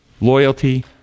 loyalty